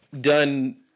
done